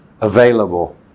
available